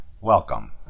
Welcome